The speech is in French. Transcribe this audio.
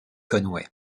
conway